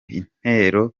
intero